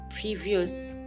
previous